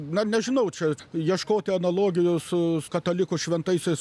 na nežinau čia ieškoti analogijų su katalikų šventaisiais